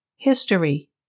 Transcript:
History